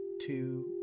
two